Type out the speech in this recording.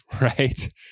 right